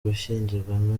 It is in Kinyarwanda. gushyingiranwa